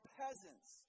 peasants